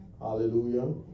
Hallelujah